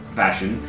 fashion